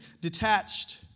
detached